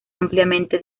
ampliamente